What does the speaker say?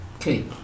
Okay